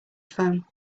phone